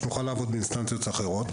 שנוכל לעבוד באינסטנציות אחרות,